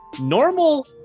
Normal